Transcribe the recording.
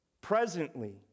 presently